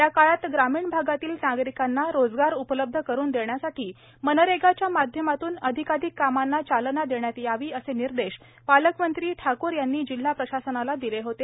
या काळात ग्रामीण भागातील नागरिकांना रोजगार उपलब्ध करून देण्यासाठी मनरेगाच्या माध्यमातन अधिकाधिक कामांना चालना देण्यात यावी असे निर्देश पालकमंत्री श्रीमती ठाकूर यांनी जिल्हा प्रशासनाला दिले होते